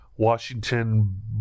Washington